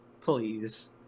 Please